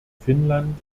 finnland